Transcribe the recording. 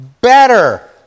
better